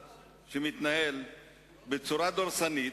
אני רוצה לומר לך, אני מסכים אתך במאת האחוזים,